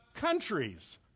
countries